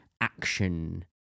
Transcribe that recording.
action